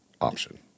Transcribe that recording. option